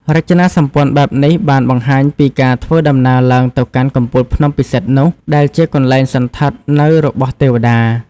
រចនាសម្ព័ន្ធបែបនេះបានបង្ហាញពីការធ្វើដំណើរឡើងទៅកាន់កំពូលភ្នំពិសិដ្ឋនោះដែលជាកន្លែងសណ្ឋិតនៅរបស់ទេវតា។